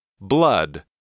Blood